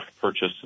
purchase